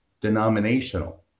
denominational